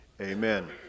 Amen